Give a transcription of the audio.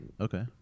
okay